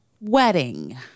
Wedding